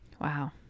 wow